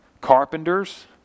Carpenters